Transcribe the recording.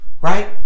Right